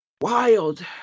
wild